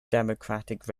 democratic